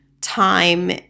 time